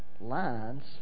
lines